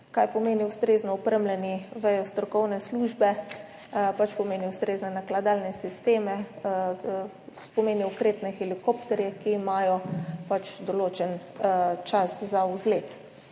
Kaj pomeni ustrezno opremljeni, vedo strokovne službe, pomeni ustrezne nakladalne sisteme, pomeni okretne helikopterje, ki imajo določen čas za vzlet